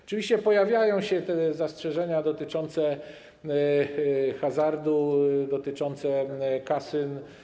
Oczywiście pojawiają się zastrzeżenia dotyczące hazardu, dotyczące kasyn.